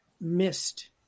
missed